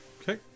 okay